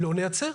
לא נייצר.